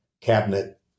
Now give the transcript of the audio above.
cabinet